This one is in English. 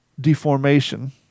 deformation